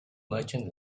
merchant